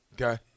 Okay